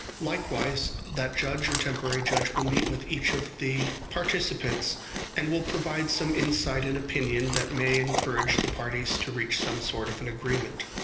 likewise that judge or temporary judge will meet with each of the participants and will provide some insight and opinion that may encourage the parties to reach some sort of an agreement.